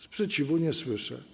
Sprzeciwu nie słyszę.